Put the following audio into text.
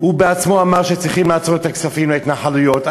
הוא בעצמו אמר שצריכים לעצור את הכספים להתנחלויות.